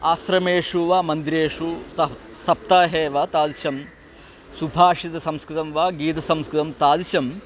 आश्रमेषु वा मन्दिरेषु सः सप्ताहे वा तादृशं सुभाषितसंस्कृतं वा गीतसंस्कृतं तादृशं